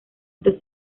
estos